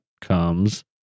comes